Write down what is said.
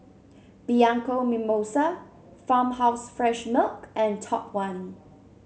Bianco Mimosa Farmhouse Fresh Milk and Top One